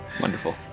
Wonderful